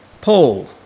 Paul